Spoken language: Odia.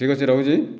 ଠିକ୍ ଅଛି ରହୁଛି